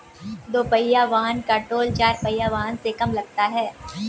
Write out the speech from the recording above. दुपहिया वाहन का टोल चार पहिया वाहन से कम लगता है